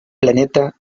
planeta